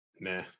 Nah